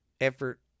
effort